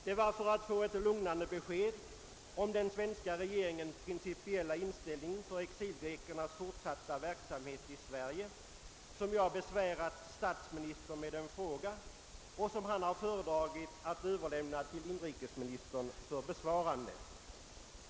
Det var för att få ett lugnande besked om den svenska regeringens principiella inställning till exilgrekernas fortsatta verksamhet i Sverige som jag besvärat statsministern med en fråga, som han har föredragit att överlämna till inrikesministern för besvarande.